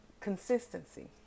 consistency